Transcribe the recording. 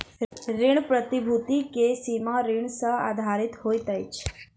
ऋण प्रतिभूति के सीमा ऋण सॅ आधारित होइत अछि